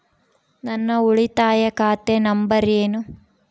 ನನ್ನ ಉಳಿತಾಯ ಖಾತೆ ನಂಬರ್ ಏನು?